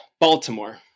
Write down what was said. Baltimore